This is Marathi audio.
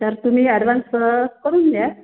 तर तुम्ही ॲडवांस करुन द्या